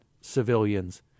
civilians